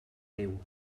riu